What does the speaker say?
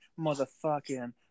motherfucking